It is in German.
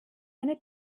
eine